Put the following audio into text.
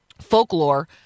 folklore